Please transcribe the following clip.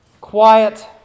quiet